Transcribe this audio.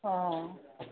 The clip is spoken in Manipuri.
ꯑꯣ